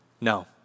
No